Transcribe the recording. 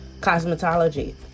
cosmetology